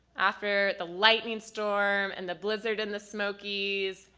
after the lightning storm, and the blizzard in the smokey's,